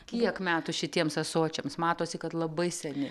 kiek metų šitiems ąsočiams matosi kad labai seni